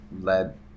led